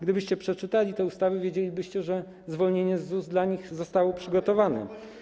Gdybyście przeczytali te ustawy, wiedzielibyście, że zwolnienie z ZUS dla nich zostało przygotowane.